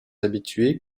habitués